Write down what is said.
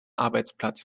arbeitsplatz